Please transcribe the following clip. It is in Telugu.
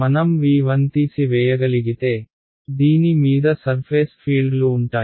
మనం V1 తీసి వేయగలిగితే దీని మీద సర్ఫేస్ ఫీల్డ్లు ఉంటాయి